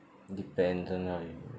depends on how you